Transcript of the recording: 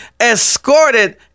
Escorted